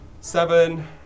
seven